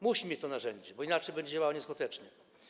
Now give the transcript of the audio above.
Musi mieć to narzędzie, bo inaczej będzie działała nieskutecznie.